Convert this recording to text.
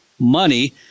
money